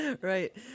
Right